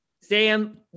Sam